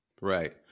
Right